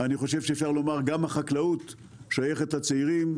אני חושב שאפשר לומר שגם החקלאות שייכת לצעירים,